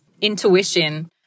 Intuition